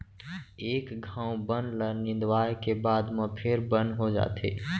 एक घौं बन ल निंदवाए के बाद म फेर बन हो जाथे